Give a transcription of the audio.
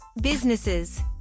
businesses